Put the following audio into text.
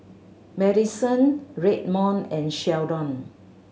Maddison Redmond and Sheldon